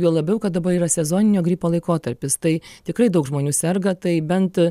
juo labiau kad dabar yra sezoninio gripo laikotarpis tai tikrai daug žmonių serga tai bent